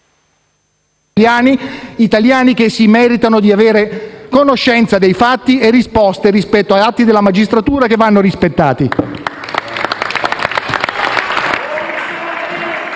italiani, che meritano di avere conoscenza dei fatti e risposte rispetto agli atti della magistratura che vanno rispettati? *(Applausi